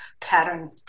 pattern